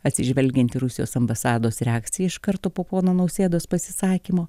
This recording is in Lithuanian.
atsižvelgiant į rusijos ambasados reakcija iš karto po pono nausėdos pasisakymo